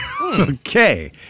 Okay